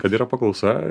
kad yra paklausa